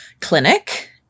clinic